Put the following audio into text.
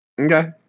okay